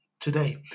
today